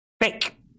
Fake